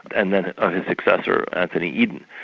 and then on his successor anthony eden.